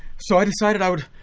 so i decided i would,